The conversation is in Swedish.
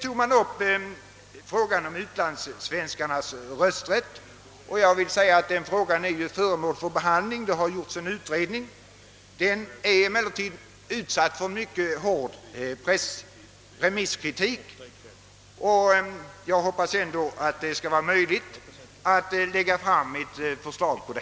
Sedan togs frågan om utlandssvenskarnas rösträtt upp. Denna fråga är ju föremål för behandling och det har gjorts en ny utredning. Emellertid har det förekommit mycket hård remisskritik men jag hoppas att det i alla fall skall bli möjligt att framlägga ett förslag.